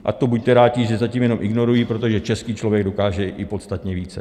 A to buďte rádi, že zatím jenom ignorují, protože český člověk dokáže i podstatně více.